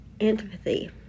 antipathy